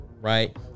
Right